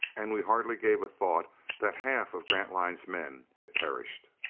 and we hardly gave a thought that half of grantline's men had perished.